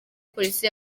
polisi